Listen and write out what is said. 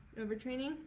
overtraining